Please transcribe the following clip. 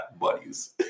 buddies